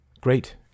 Great